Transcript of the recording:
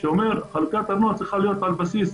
שאומרים שחלוקת המס צריכה להיות על בסיס